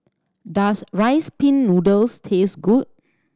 does Rice Pin Noodles taste good